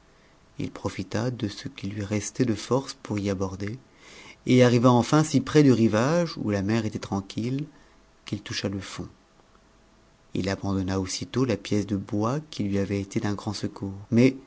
il profita de c qui lui restait de force pour y aborder et arriva enfin si près du rivage où la mer était tranquille qu'il toucha le fond il abandonna aussitôt la pièce de bois qui lui avait été d'un grand secours mais